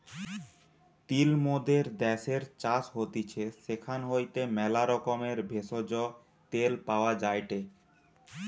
তিল মোদের দ্যাশের চাষ হতিছে সেখান হইতে ম্যালা রকমের ভেষজ, তেল পাওয়া যায়টে